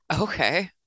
Okay